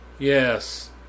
Yes